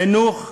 חינוך,